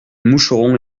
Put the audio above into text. moucheron